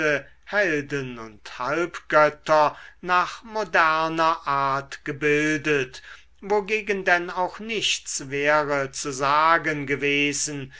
helden und halbgötter nach moderner art gebildet wogegen denn auch nichts wäre zu sagen gewesen